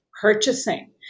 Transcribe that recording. purchasing